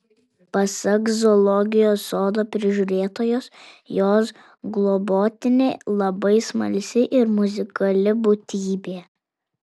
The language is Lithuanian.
pasak zoologijos sodo prižiūrėtojos jos globotinė labai smalsi ir muzikali būtybė